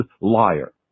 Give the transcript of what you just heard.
liar